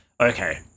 okay